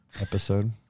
episode